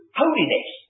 holiness